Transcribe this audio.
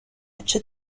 بچه